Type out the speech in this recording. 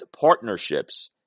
partnerships